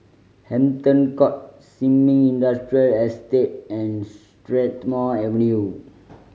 Hampton Court Sin Ming Industrial Estate and Strathmore Avenue